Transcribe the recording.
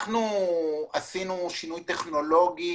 עשינו שינוי טכנולוגי